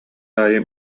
аайы